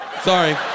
Sorry